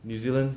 new zealand